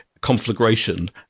conflagration